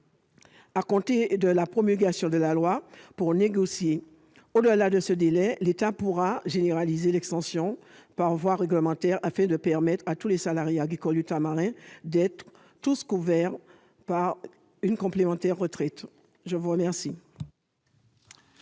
à compter de la promulgation de la loi, pour négocier. Au-delà de ce délai, l'État pourra généraliser l'extension par voie réglementaire, afin de permettre à tous les salariés agricoles ultramarins d'être couverts par une complémentaire retraite. Le vote est